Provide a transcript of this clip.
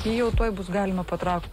jį jau tuoj bus galima patraukti